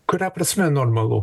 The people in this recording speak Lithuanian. kuria prasme normalu